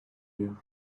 you